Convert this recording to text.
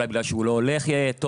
אולי בגלל שהוא לא הולך טוב,